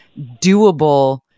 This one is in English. doable